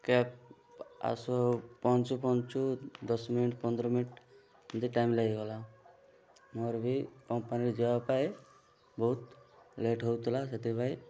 cab ଆସୁ ପହଞ୍ଚୁ ପହଞ୍ଚୁ ଦଶ ମିନିଟ୍ ପନ୍ଦର ମିନିଟ୍ ଏମିତି ଟାଇମ୍ ଲାଗିଗଲା ମୋର ବି କମ୍ପାନୀରେ ଯିବା ପାଇଁ ବହୁତ ଲେଟ୍ ହଉଥିଲା ସେଥିପାଇଁ